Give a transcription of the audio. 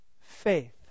faith